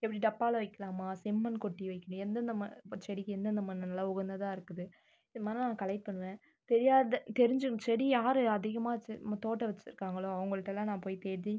எப்படி டப்பாவில் வைக்கலாமா செம்மண் கொட்டி வைக்கணுமா எந்தெந்த மண் செடிக்கு எந்தெந்த மண் நல்லா உகந்ததாக இருக்குது இதுமாதிரிலாம் நான் கலெக்ட் பண்ணுவேன் தெரியாத தெரிஞ்ச செடி யார் அதிகமாக செ தோட்டம் வைச்சிருக்காங்களோ அவங்கள்ட்டலாம் நான் போய் தேடி